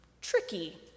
tricky